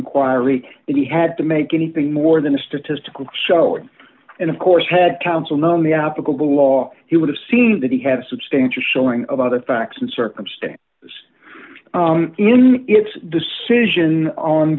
if he had to make anything more than a statistical showing and of course had counsel not on the applicable law he would have seen that he had a substantial showing about the facts and circumstance was in its decision on